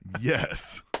Yes